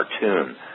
cartoon